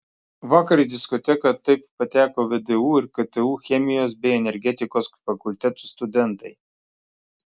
vakar į diskoteką taip pateko vdu ir ktu chemijos bei energetikos fakultetų studentai